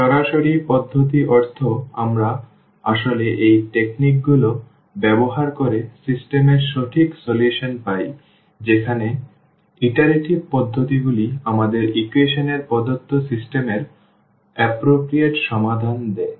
সরাসরি পদ্ধতির অর্থ হল আমরা আসলে এই কৌশল গুলি ব্যবহার করে সিস্টেম এর সঠিক সমাধান পাই যেখানে এখানে ইটারেটিভ পদ্ধতি গুলি আমাদের ইকুয়েশন এর প্রদত্ত সিস্টেম এর আনুমানিক সমাধান দেয়